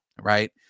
Right